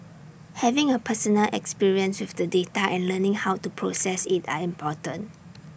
having A personal experience with the data and learning how to process IT are important